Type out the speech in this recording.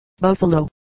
Buffalo